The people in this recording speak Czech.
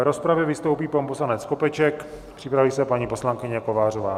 V rozpravě vystoupí pan poslanec Skopeček, připraví se paní poslankyně Kovářová.